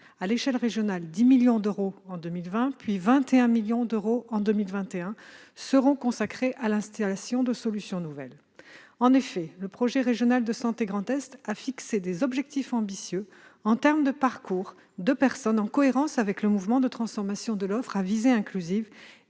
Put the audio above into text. À l'échelon régional, 10 millions d'euros en 2020, puis 21 millions d'euros en 2021 seront consacrés à la mise en oeuvre de solutions nouvelles. En effet, le projet régional de santé Grand Est a fixé des objectifs ambitieux en termes de parcours de personnes, en cohérence avec le mouvement de transformation de l'offre à visée inclusive